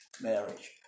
marriage